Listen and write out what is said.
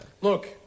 Look